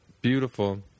beautiful